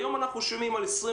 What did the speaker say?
היום אנחנו שומעים על 28,